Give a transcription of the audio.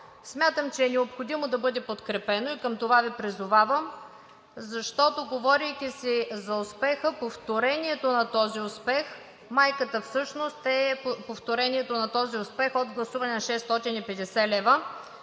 смятам, че е необходимо да бъде подкрепено и към това Ви призовавам, защото, говорейки си за успеха, повторението на този успех при майката всъщност е повторението на този успех от гласуването на 650 лв.